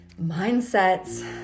mindsets